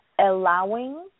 allowing